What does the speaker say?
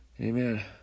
Amen